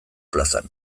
plazan